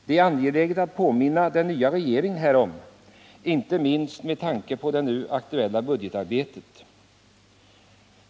Det är angeläget att påminna den nya regeringen härom, inte minst med tanke på det nu aktuella budgetarbetet.